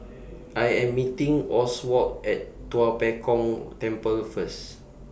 I Am meeting Oswald At Tua Pek Kong Temple First